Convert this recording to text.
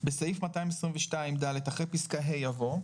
בסעיף 222ד, אחרי פסקה (ה) יבוא: